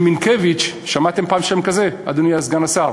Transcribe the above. כשמינטקביץ, שמעתם פעם שם כזה, אדוני סגן השר?